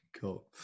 Cool